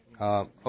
Okay